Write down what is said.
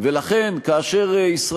וגם בקרב על מעמדה של ישראל